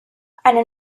eine